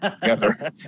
together